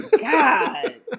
God